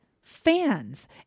fans